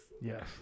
Yes